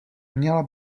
měla